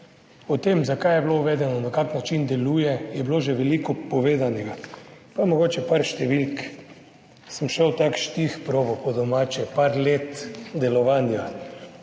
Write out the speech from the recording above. O tem, zakaj je bilo uvedeno, na kakšen način deluje, je bilo že veliko povedanega. Pa mogoče nekaj številk, sem šel v štihprobo, po domače, nekaj let delovanja.